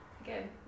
Again